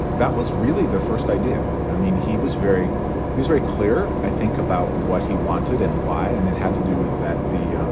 that was really the first idea. i mean, he was very he was very clear, i think, about what he wanted and why. and it had to do with that. the um